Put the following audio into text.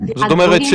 זאת אומרת,